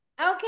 Okay